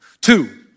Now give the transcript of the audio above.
Two